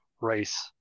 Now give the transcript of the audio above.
race